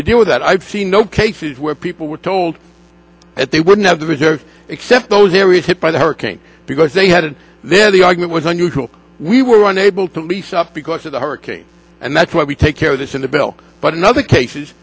do that i've seen no cases where people were told that they wouldn't have the reserves except those areas hit by the hurricane because they had there the argument was unusual we were unable to lease up because of the hurricane and that's why we take care of this in the bill but in other cases